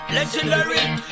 Legendary